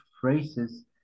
phrases